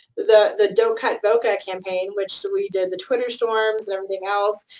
the the don't cut voca campaign, which we did the twitter storms and everything else,